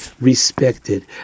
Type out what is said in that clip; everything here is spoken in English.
respected